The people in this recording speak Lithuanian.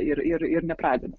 ir ir ir nepradeda